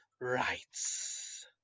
rights